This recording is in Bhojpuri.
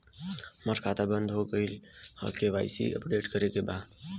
हमार खाता बंद हो गईल ह के.वाइ.सी अपडेट करे के बा?